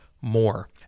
more